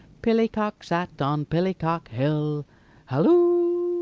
pillicock sat on pillicock-hill halloo,